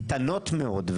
חלקן קטנות מאוד,